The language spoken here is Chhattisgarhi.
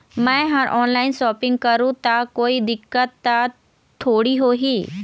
मैं हर ऑनलाइन शॉपिंग करू ता कोई दिक्कत त थोड़ी होही?